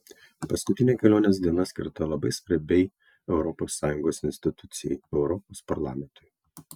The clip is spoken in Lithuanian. paskutinė kelionės diena skirta labai svarbiai europos sąjungos institucijai europos parlamentui